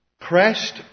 crashed